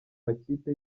makipe